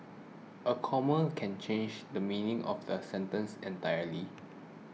a comma can change the meaning of a sentence entirely